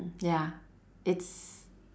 ya it's